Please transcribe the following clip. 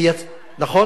נכון?